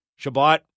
Shabbat